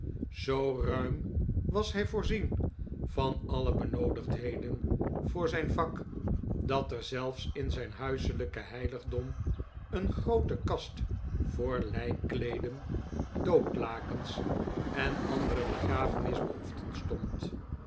zoo ruim was hij voorzien van alle benoodigdheden voor zijn vak dat er zelfs in zijn huiselijke heiligdom een groote kast voor lijkkleeden doodlakens en andere begrafenisbehoeften stond